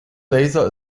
laser